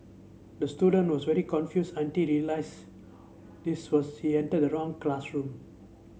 the student was very confused until he realised this was he entered the wrong classroom